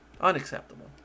unacceptable